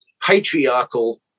patriarchal